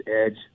Edge